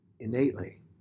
Innately